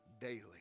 Daily